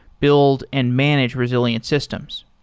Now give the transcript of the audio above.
build and manage resilient systems.